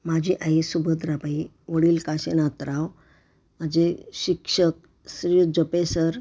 माझी आई सुभद्राबाई वडील काशिनाथराव माझे शिक्षक श्रीयुत जपे सर